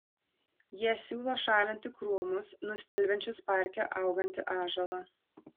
jie siūlo šalinti krūmus nustelbiančius parke augantį ąžuolą